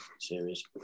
series